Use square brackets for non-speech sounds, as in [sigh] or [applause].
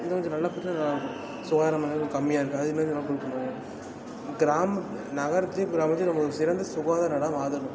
இன்னும் கொஞ்சம் நல்லா [unintelligible] சுகாதாரம் வந்து கம்மியாக இருக்குது அது மாரி நம்ம கொடுக்கணும் கிராமம் நகரத்தையும் கிராமத்தையும் நம்ம சிறந்த சுகாதார இடமா மாற்றணும்